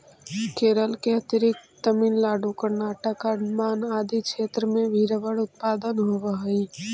केरल के अतिरिक्त तमिलनाडु, कर्नाटक, अण्डमान आदि क्षेत्र में भी रबर उत्पादन होवऽ हइ